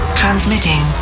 transmitting